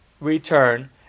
return